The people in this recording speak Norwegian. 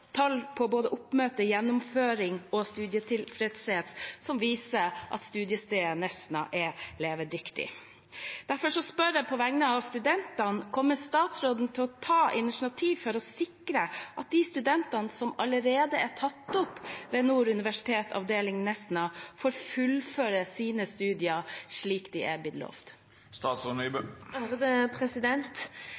tall på både oppmøte, gjennomføring og studietilfredshet som viser at studiestedet Nesna er levedyktig. Derfor spør jeg på vegne av studentene: Kommer statsråden til å ta initiativ for å sikre at de studentene som allerede er tatt opp ved Nord universitet, avdeling Nesna, får fullføre sine studier, slik de er blitt